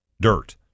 dirt